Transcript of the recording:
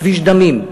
כביש דמים,